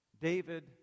David